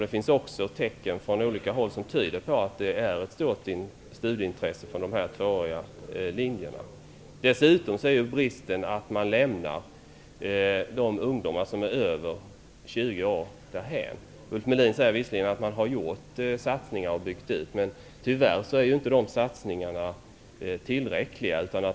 Det finns tecken från olika håll som tyder på att det är ett stort studieintresse från eleverna på de tvååriga linjerna. En annan brist är att man lämnar de ungdomar som är över 20 år därhän. Ulf Melin säger visserligen att man har gjort satsningar på en utbyggnad av utbildningen, men dessa är inte tillräckliga.